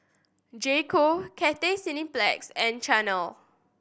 J Co Cathay Cineplex and Chanel